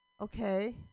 okay